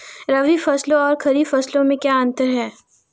रबी फसलों और खरीफ फसलों में क्या अंतर है?